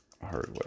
Hardware